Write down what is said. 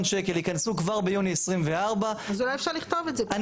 שקל ייכנסו כבר ביוני 24'. אז אולי אפשר לכתוב את זה פה?